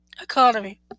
Economy